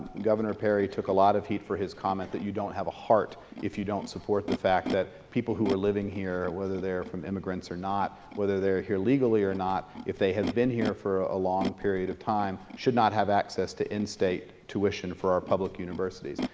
governor perry took a lot of heat for his comment that you don't have a heart if you don't support the fact that people who are living here, whether they are from immigrants or not, whether they're here legally or not, if they have been here for a long period of time should not have access to in-state tuition for our public universities,